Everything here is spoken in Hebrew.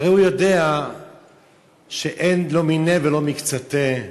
הרי הוא יודע שאין, לא מיניה ולא מקצתיה,